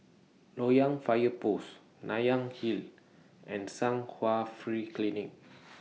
Loyang Fire Post Nanyang Hill and Chung Hwa Free Clinic